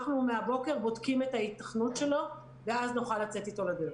אנחנו מהבוקר בודקים את ההיתכנות שלו ואז נוכל לצאת איתו לדרך.